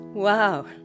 Wow